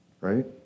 right